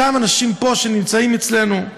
אותם אנשים פה שנמצאים אצלנו?